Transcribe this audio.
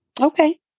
Okay